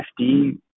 fd